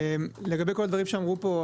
לגבי כל הדברים שאמרו כאן,